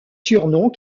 surnoms